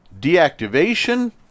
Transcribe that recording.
deactivation